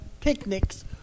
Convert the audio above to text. picnics